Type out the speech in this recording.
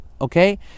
Okay